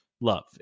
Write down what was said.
love